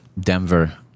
Denver